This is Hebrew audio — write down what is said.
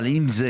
אבל עם זה